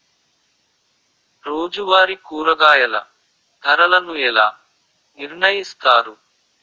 రోజువారి కూరగాయల ధరలను ఎలా నిర్ణయిస్తారు?